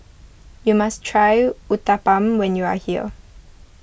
you must try Uthapam when you are here